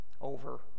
over